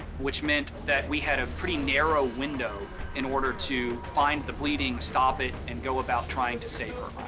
which meant that we had a pretty narrow window in order to find the bleeding, stop it, and go about trying to save her